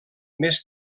més